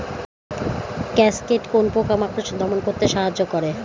Cascade কোন পোকা মাকড় দমন করতে সাহায্য করে?